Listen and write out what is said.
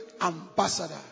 ambassador